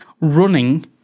running